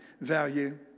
value